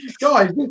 guys